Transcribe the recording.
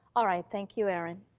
all right, thank you, erin.